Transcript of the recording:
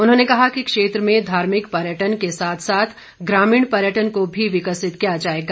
उन्होंने कहा कि क्षेत्र में धार्मिक पर्यटन के साथ साथ ग्रामीण पर्यटन को भी विकसित किया जाएगा